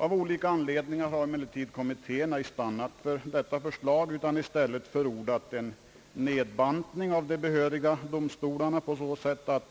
Av olika anledning ar har kommittén emellertid ej stannat för detta förslag utan i stället förordat en nedbantning av antalet behöriga domstolar på så sätt, att